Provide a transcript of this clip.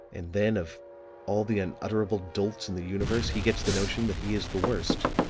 and then of all the unutterable dolts in the universe, he gets the notion that he is the worst.